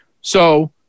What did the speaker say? So-